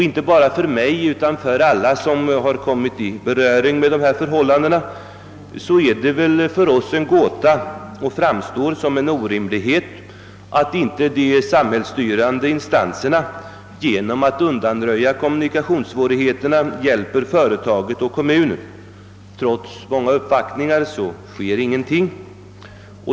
Inte bara för mig utan för alla som kommit i beröring med nämnda förhållanden framstår det som en orimlighet att inte de samhällsstyrande instanserna genom att undanröja kommunikationssvårigheterna hjälper företaget och kommunen. Trots många uppvaktningar sker ingenting.